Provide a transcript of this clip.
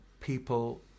people